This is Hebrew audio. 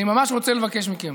אני ממש רוצה לבקש מכם.